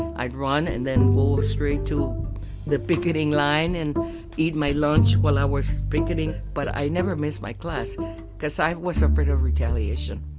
i'd run, and then go ah straight to the beginning line and eat my lunch while i was picketing. but i never missed my class because i was afraid of retaliation.